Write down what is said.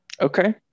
Okay